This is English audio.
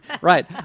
right